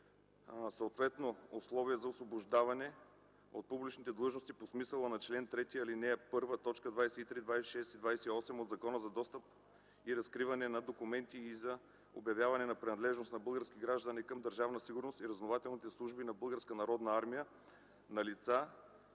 съответно условие за освобождаване от публичните длъжности по смисъла на чл. 3, ал. 1, т. 23, 26 и 28 от Закона за достъп и разкриване на документите и за обявяване на принадлежност на български граждани към Държавна сигурност и разузнавателните служби на Българската